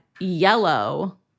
yellow